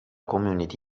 community